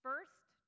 First